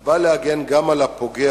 הוא בא להגן גם על הפוגע,